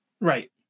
right